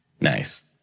Nice